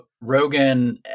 Rogan